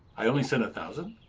i only sent a thousand?